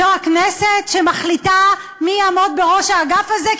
זו הכנסת שמחליטה מי יעמוד בראש האגף הזה?